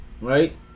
Right